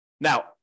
Now